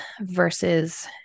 versus